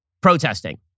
protesting